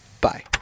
Bye